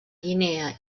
guinea